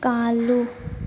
ꯀꯥꯜꯂꯨ